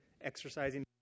exercising